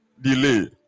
delay